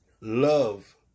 Love